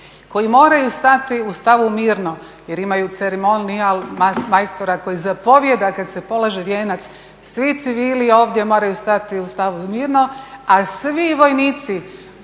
koji moraju stati u stavu mirno jer imaju ceremonijal majstora koji zapovijeda kad se polaže vijenac. Svi civili ovdje moraju stati u stavu mirno, a svi vojnici